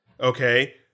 Okay